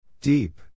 Deep